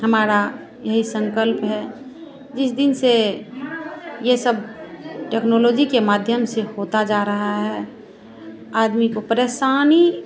हमारा यही संकल्प है जिस दिन से यह सब टेक्नोलॉजी के माध्यम से होता जा रहा है आदमी को परेशानी